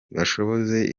ibashoboze